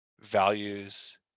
values